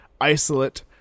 isolate